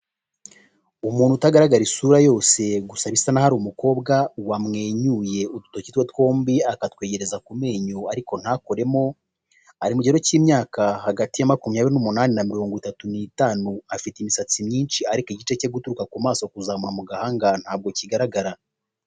Umuntu utagaragara isura yose gusa bisa nkaho ari umukobwa wamwenyuye, udutoki twe twobwi akatwegereza ku amenyo ariko ntakoremo. Ari mu kigero cy' imyaka hagati ya makumyabiri n' umunani na mirongitatu ni tanu. Afite imisatsi myinshi ariko igice cyo guturuka ku maso kuzamuka mu gahanga ntago kigaragara.